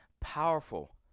powerful